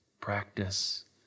practice